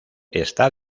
está